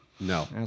No